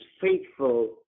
faithful